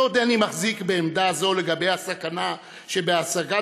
ועודני מחזיק בעמדה זו לגבי הסכנה בהסגת